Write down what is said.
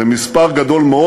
זה מספר גדול מאוד.